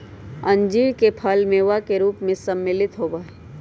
अंजीर के फल मेवा के रूप में सम्मिलित होबा हई